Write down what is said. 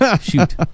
Shoot